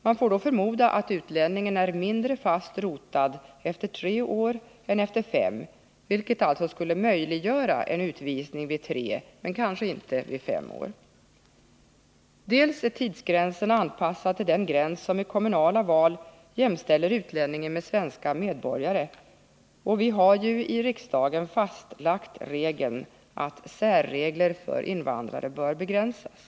Man får då förmoda att utlänningen är mindre fast rotad efter tre år än efter fem, vilket alltså skulle tala för att en utvisning inom tre år är möjlig, men kanske inte vid fem Tidsgränsen är anpassad till den gräns som i kommunala val jämställer utlänningen med svenska medborgare, och vi har i riksdagen fastlagt regeln, att särregler för invandrare bör begränsas.